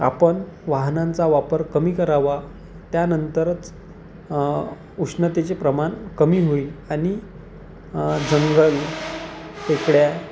आपण वाहनांचा वापर कमी करावा त्यानंतरच उष्णतेचे प्रमाण कमी होईल आणि जंगल टेकड्या